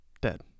Dead